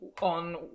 on